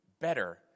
better